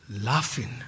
laughing